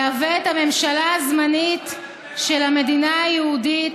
יהווה את הממשלה הזמנית של המדינה היהודית,